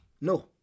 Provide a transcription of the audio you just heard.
No